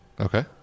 Okay